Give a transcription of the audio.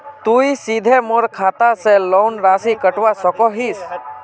तुई सीधे मोर खाता से लोन राशि कटवा सकोहो हिस?